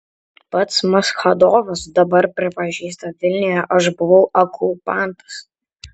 pats maschadovas dabar pripažįsta vilniuje aš buvau okupantas